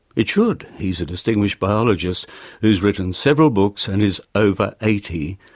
it should, he is a distinguished biologist who has written several books and is over eighty,